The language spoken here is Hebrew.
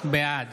בעד